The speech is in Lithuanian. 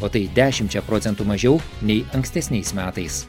o tai dešimčia procentų mažiau nei ankstesniais metais